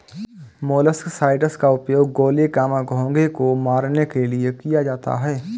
molluscicides का उपयोग गोले, घोंघे को मारने के लिए किया जाता है